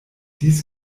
dies